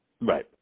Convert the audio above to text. Right